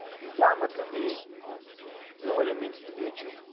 yarmulke be know what it means to be a jew?